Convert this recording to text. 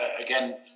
again